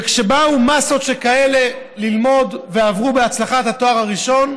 וכשבאו מסות שכאלה ללמוד ועברו בהצלחה את התואר הראשון,